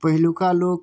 पहिलुका लोक